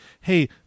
hey